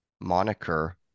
moniker